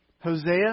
Hosea